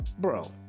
Bro